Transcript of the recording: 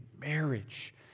marriage